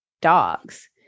dogs